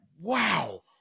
wow